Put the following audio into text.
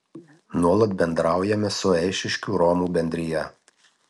nuolat bendraujame su eišiškių romų bendrija